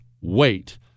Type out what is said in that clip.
wait